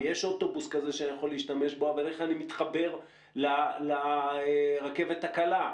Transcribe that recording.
יש אוטובוס כזה שאני יכול להשתמש בו אבל איך אני מתחבר לרכבת הקלה?